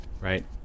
right